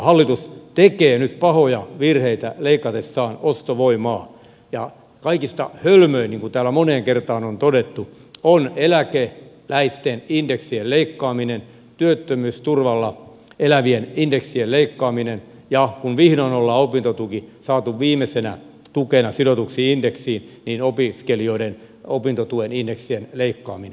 hallitus tekee nyt pahoja virheitä leikatessaan ostovoimaa ja kaikista hölmöintä niin kuin täällä moneen kertaan on todettu on eläkeläisten indeksien leikkaaminen työttömyysturvalla elävien indeksien leikkaaminen ja kun vihdoin ollaan opintotuki saatu viimeisenä tukena sidotuksi indeksiin opiskelijoiden opintotuen indeksien leikkaaminen